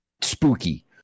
Spooky